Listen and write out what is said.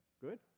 good